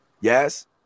yes